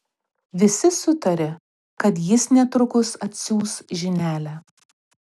visi sutarė kad jis netrukus atsiųs žinelę